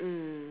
mm